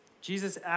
Jesus